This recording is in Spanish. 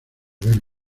ver